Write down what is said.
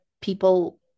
people